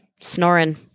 Snoring